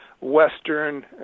Western